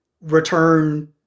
return